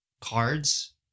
cards